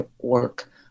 work